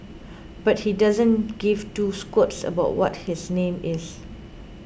but he doesn't give two squirts about what his name is